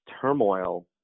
turmoil